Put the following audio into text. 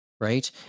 Right